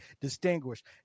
distinguished